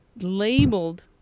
labeled